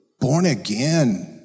born-again